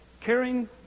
caring